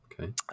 okay